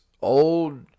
old